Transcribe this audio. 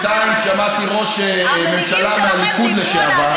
בינתיים שמעתי ראש ממשלה מהליכוד לשעבר,